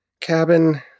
cabin